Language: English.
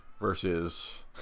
versus